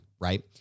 right